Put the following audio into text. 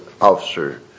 officer